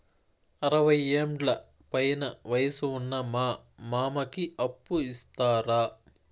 అరవయ్యేండ్ల పైన వయసు ఉన్న మా మామకి అప్పు ఇస్తారా